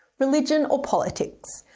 religion or politics.